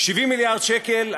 70 מיליארד שקל,